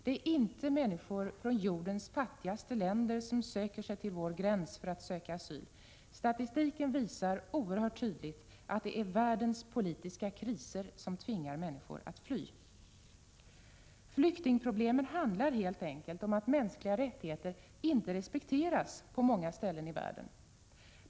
Det är inte människor från jordens fattigaste länder som söker sig till vår gräns för att söka asyl — statistiken visar oerhört tydligt att det är världens politiska kriser som tvingar människor att fly. Flyktingproblemen handlar helt enkelt om att mänskliga rättigheter inte respekteras på många håll i världen.